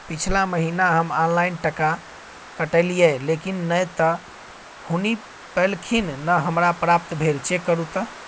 पिछला महीना हम ऑनलाइन टका कटैलिये लेकिन नय त हुनी पैलखिन न हमरा प्राप्त भेल, चेक करू त?